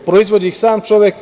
Proizvodi ih sam čovek.